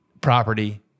property